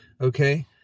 Okay